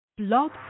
Blog